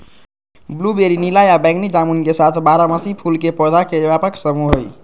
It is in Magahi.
ब्लूबेरी नीला या बैगनी जामुन के साथ बारहमासी फूल के पौधा के व्यापक समूह हई